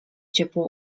ciepło